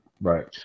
Right